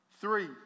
Three